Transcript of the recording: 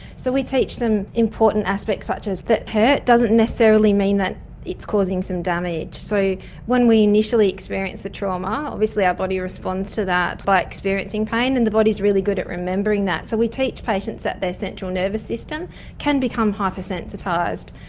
so we teach them important aspects such as that hurt doesn't necessarily mean that it is causing some damage, so when we initially experienced the trauma, obviously our body responds to that by experiencing pain, and the body is really good at remembering that. so we teach patients that their central nervous system can become hyper-sensitised,